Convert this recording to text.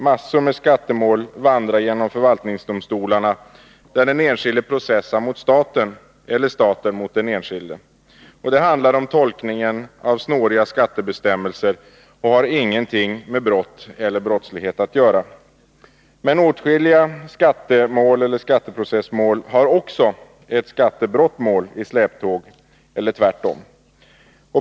Massor av skattemål vandrar igenom förvaltningsdomstolarna. Det gäller mål där den enskilde processar mot staten, eller staten mot den enskilde. Det handlar om tolkningen av snåriga skattebestämmelser och har ingenting med brott eller brottslighet att göra. Men åtskilliga skattemål eller skatteprocessmål har också ett skattebrottmål i släptåg eller tvärtom.